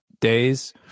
days